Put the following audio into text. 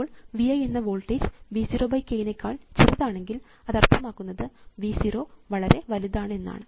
അപ്പോൾ V i എന്ന voltage V 0 k നെക്കാൾ ചെറുതാണെങ്കിൽ അത് അർത്ഥമാക്കുന്നത് V 0 വളരെ വലുതാണ് എന്നാണ്